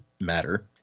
matter